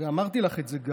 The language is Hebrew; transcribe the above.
גם אמרתי לך את זה,